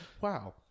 wow